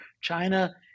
China